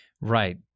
Right